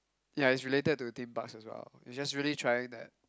yeah is related to theme parks also it's just really trying that